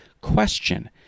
question